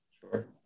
Sure